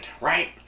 right